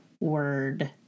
word